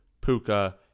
Puka